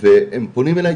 והם פונים אליי,